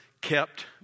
kept